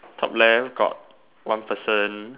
top left got one person